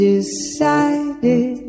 Decided